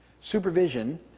supervision